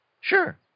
Sure